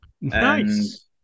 nice